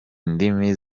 ndimi